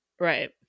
Right